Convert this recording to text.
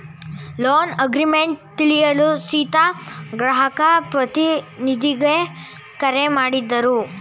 loan agreement ತಿಳಿಯಲು ಸೀತಾ ಗ್ರಾಹಕ ಪ್ರತಿನಿಧಿಗೆ ಕರೆ ಮಾಡಿದರು